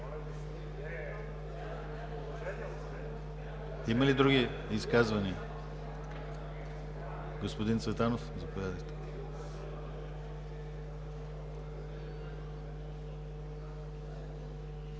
Няма. Други изказвания? Господин Цветанов, заповядайте.